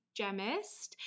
Gemist